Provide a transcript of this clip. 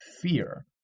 fear